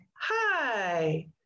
hi